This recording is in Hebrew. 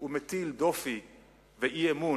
הוא מטיל דופי ואי-אמון